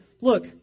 look